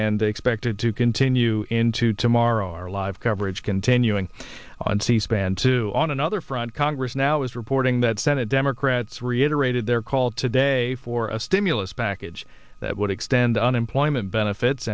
and expected to continue into tomorrow our live coverage continuing on c span two on another front congress now is reporting that senate democrats reiterated their call today for a stimulus package that would extend unemployment benefits